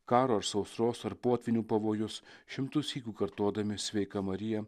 karo ar sausros ar potvynių pavojus šimtus sykių kartodami sveika marija